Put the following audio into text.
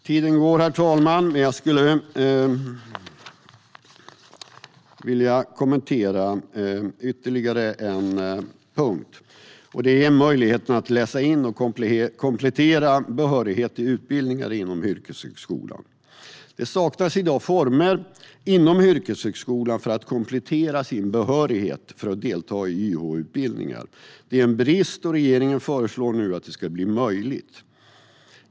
Tiden går, herr talman, men jag skulle vilja kommentera ytterligare en sak, nämligen möjligheten att läsa in och komplettera behörighet till utbildningar inom yrkeshögskolan. Det saknas i dag former inom yrkeshögskolan för att komplettera sin behörighet för att delta i YH-utbildningar. Det är en brist. Regeringen föreslår nu att detta ska bli möjligt.